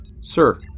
Sir